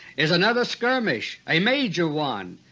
is another skirmish, a major one,